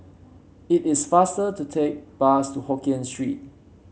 it is faster to take the bus to Hokien Street